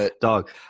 Dog